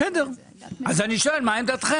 בסדר, אז אני שואל מה עמדתכם?